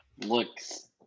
looks